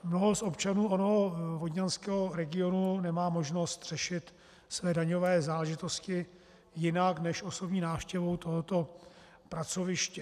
Mnoho z občanů onoho vodňanského regionu nemá možnost řešit své daňové záležitosti jinak než osobní návštěvou tohoto pracoviště.